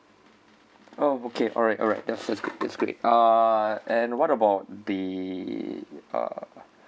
oh okay alright alright that's great that's great uh and what about the uh